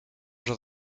zat